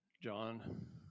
John